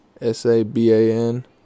S-A-B-A-N